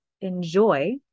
enjoy